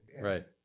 Right